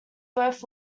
both